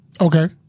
Okay